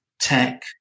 tech